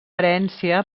herència